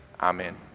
amen